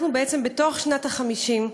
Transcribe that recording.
אנחנו בעצם בתוך שנת ה-50,